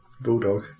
bulldog